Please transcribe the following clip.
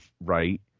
right